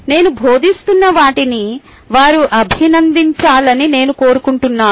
నేను బోధిస్తున్న వాటిని వారు అభినందించాలని నేను కోరుకుంటున్నాను